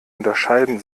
unterscheiden